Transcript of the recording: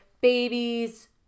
babies